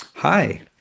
Hi